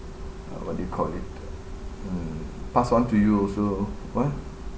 uh what they call it (mm)pass on to you also what